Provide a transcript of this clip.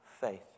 faith